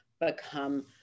become